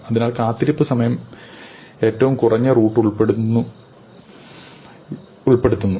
അതിൽ കാത്തിരിപ്പ് സമയം ഏറ്റവും കുറഞ്ഞ റൂട്ട് ഉൾപ്പെടുന്നു